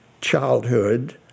childhood